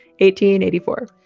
1884